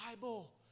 Bible